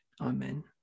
amen